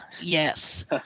Yes